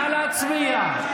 נא להצביע.